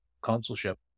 consulship